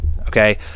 Okay